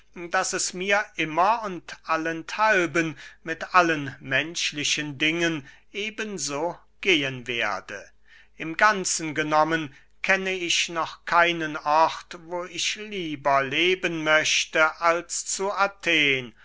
daß es mir immer und allenthalben mit allen menschlichen dingen eben so gehen werde im ganzen genommen kenne ich noch keinen ort wo ich lieber leben möchte als zu athen